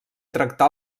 tractar